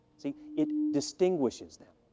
see, it distinguishes them.